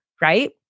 right